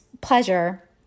pleasure